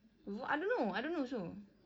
vo~ I don't know I don't know also